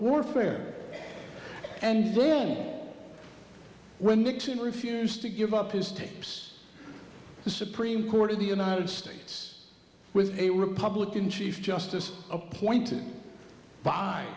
warfare and then when nixon refused to give up his tapes the supreme court of the united states was a republican chief justice appointed by